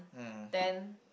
then